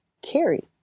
carry